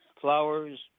flowers